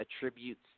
attributes